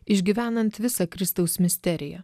išgyvenant visą kristaus misteriją